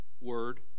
word